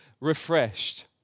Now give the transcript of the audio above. refreshed